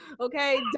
okay